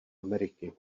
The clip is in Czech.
ameriky